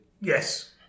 Yes